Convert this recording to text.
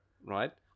right